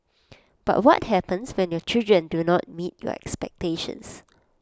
but what happens when your children do not meet your expectations